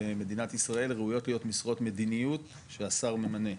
במדינת ישראל הראויות משרות מדיניות שהשר ממנה,